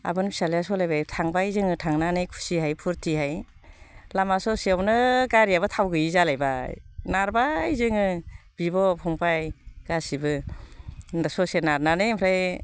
आब'नि फिसाज्लाया सालायबाय थांबाय जोङो थांनानै खुसिहै फुरथिहै लामा ससेयावनो गारियाबो थाव गैयि जालायबाय नारबाय जोङो बिब' फंबाय गासैबो ससे नारनानै ओमफ्राय